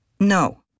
No